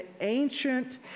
ancient